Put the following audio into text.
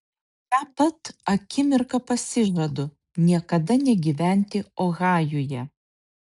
šią pat akimirką pasižadu niekada negyventi ohajuje